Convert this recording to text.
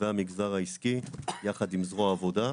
והמגזר העסקי יחד עם זרוע העבודה,